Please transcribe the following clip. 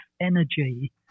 energy